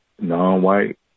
non-white